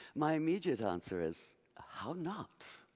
my immediate answer is how not?